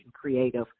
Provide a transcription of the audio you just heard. creative